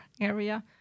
area